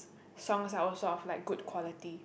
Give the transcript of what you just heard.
songs are also of like good quality